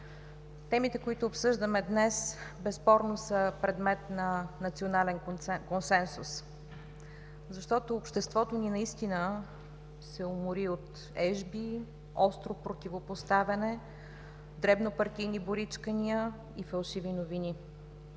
Темите, които обсъждаме днес, безспорно са предмет на национален консенсус, защото обществото ни наистина се умори от ежби, остро противопоставяне, дребно партийни боричкания и фалшиви новини.